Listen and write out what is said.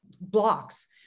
blocks